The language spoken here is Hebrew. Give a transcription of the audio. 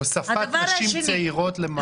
הוספת נשים צעירות למעגל העבודה.